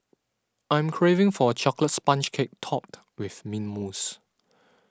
I am craving for a Chocolate Sponge Cake Topped with Mint Mousse